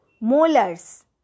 Molars